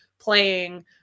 playing